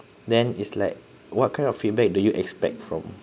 then is like what kind of feedback do you expect from